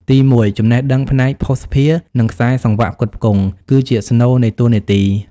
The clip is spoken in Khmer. ទីមួយ ចំណេះដឹងផ្នែកភស្តុភារ និងខ្សែសង្វាក់ផ្គត់ផ្គង់ គឺជាស្នូលនៃតួនាទី។